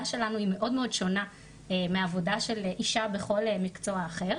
שלנו היא מאוד שונה מהעבודה של אישה בכל מקצוע אחר.